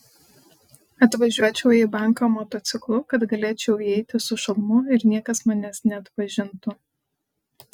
atvažiuočiau į banką motociklu kad galėčiau įeiti su šalmu ir niekas manęs neatpažintų